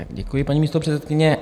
Děkuji, paní místopředsedkyně.